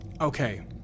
Okay